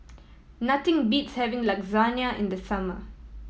nothing beats having Lasagne in the summer